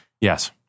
yes